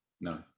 No